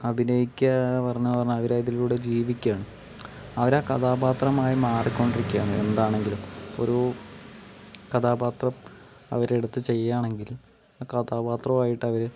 അഭിനയിക്കുക പറഞ്ഞ പറഞ്ഞാൽ അവരതിലൂടെ ജീവിക്കുകയാണ് അവരാ കഥാപാത്രമായി മാറിക്കൊണ്ടിരിക്കുകയാണ് എന്താണെങ്കിലും ഇപ്പോ ഒരു കഥാപാത്രം അവരെടുത്ത് ചെയ്യുവാണെങ്കിൽ ആ കഥാപാത്രവുമായിട്ട് അവര്